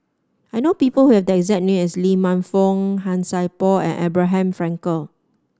I know people who have the exact name as Lee Man Fong Han Sai Por and Abraham Frankel